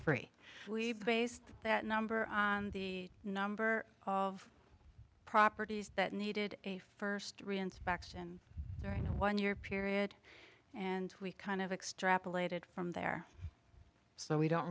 free we based that number the number of properties that needed a first reinspection during a one year period and we kind of extrapolated from there so we don't